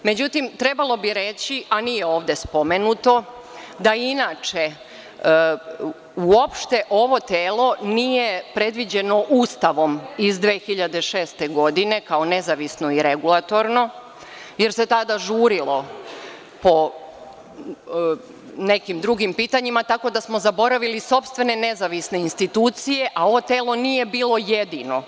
Međutim, trebalo bi reći, a nije ovde spomenuto, da inače uopšte ovo telo nije predviđeno Ustavom iz 2006. godine kao nezavisno i regulatorno, jer se tada žurilo po nekim drugim pitanjima, tako da smo zaboravili sopstvene nezavisne institucije, a ovo telo nije bilo jedino.